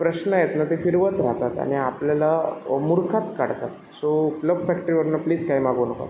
प्रश्न आहेत ना ते फिरवत राहतात आणि आपल्याला मूर्खात काढतात सो क्लब फॅक्टरीवरून प्लीज काही मागवू नका